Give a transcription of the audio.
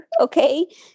Okay